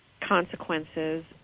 consequences